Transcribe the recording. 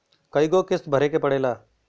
कय गो किस्त भरे के पड़ेला?